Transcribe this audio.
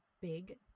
big